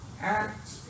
act